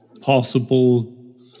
possible